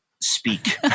speak